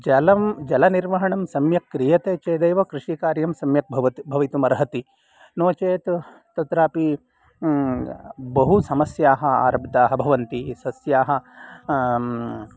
जलं जलनिर्वहणं सम्यक् क्रियते चेदेव कृषिकार्यं सम्यक् भवितुम् अर्हति नो चेत् तत्रापि बहुसमस्याः आरब्धाः भवन्ति सस्याः